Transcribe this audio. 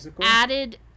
added